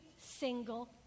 single